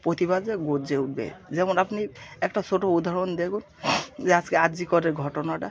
প্রতিবাদ যে গর্জে উঠবে যেমন আপনি একটা ছোটো উদাহরণ দেখুন যে আজকে আর জি করের ঘটনাটা